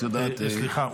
את יודעת -- סליחה,